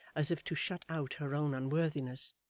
as if to shut out her own unworthiness,